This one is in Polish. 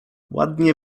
ładnie